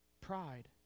Pride